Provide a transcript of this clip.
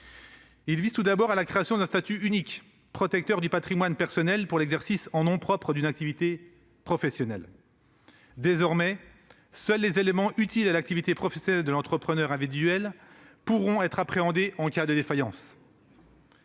vise tout d'abord à la création d'un statut unique, protecteur du patrimoine personnel, pour l'exercice en nom propre d'une activité professionnelle. Désormais, seuls les éléments utiles à l'activité professionnelle de l'entrepreneur individuel pourront être appréhendés en cas de défaillance.